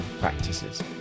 practices